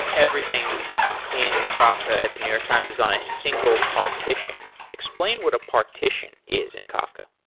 everything in kafka at the new york times is on a single partition, explain what a partition is in kafka.